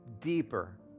deeper